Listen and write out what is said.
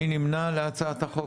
מי נמנע להצעת החוק?